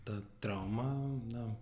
ta trauma na